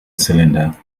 cylinder